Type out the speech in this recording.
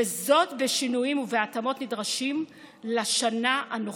בשינויים והתאמות הנדרשים לשנה הנוכחית.